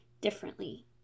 differently